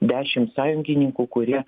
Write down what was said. dešim sąjungininkų kurie